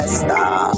stop